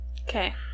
Okay